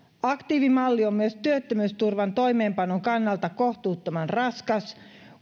aktiivimalli on myös työttömyysturvan toimeenpanon kannalta kohtuuttoman raskas